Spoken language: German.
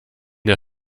der